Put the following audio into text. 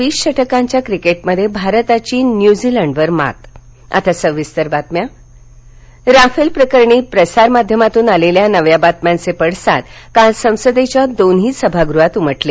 वीस षटकांच्या क्रिकेटमध्ये भारताची न्युझीलंडवर मात संसद राफेल प्रकरणी प्रसार माध्यमातून आलेल्या नव्या बातम्यांचे पडसाद काल संसदेच्या दोन्ही सभागृहांत उमटले